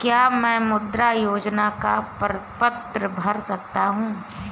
क्या मैं मुद्रा योजना का प्रपत्र भर सकता हूँ?